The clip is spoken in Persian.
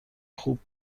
خوبی